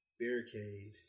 barricade